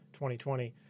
2020